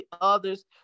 others